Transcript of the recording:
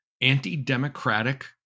anti-democratic